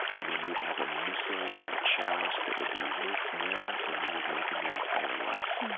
i mean, you'd have a missal or a chalice that would be worth more than they would make in their entire life,